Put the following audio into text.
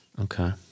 Okay